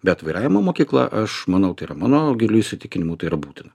bet vairavimo mokykla aš manau tai yra mano giliu įsitikinimu tai ir būtina